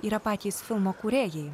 yra patys filmo kūrėjai